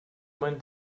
mein